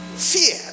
Fear